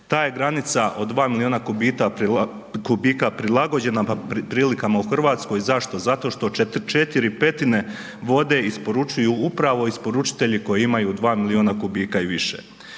Ta je granica od 2 miliona kubika prilagođena prilikama u Hrvatskoj, zašto, zato što 4/5 vode isporučuju upravo isporučitelji koji imaju 2 miliona kubika i više.